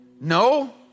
No